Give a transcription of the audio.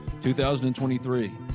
2023